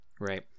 right